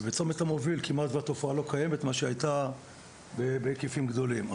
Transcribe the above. ובצומת המוביל התופעה כמעט לא קיימת מה שהייתה בהיקפים גדולים.